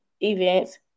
events